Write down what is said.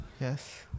Yes